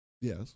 Yes